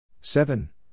seven